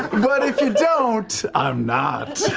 but if you don't, i'm not.